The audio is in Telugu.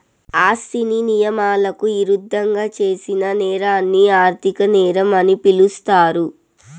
ఆస్తిని నియమాలకు ఇరుద్దంగా చేసిన నేరాన్ని ఆర్థిక నేరం అని పిలుస్తారు